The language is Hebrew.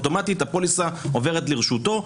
אוטומטית הפוליסה עוברת לרשותו,